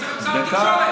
אתה צריך להיות שר התקשורת.